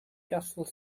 castle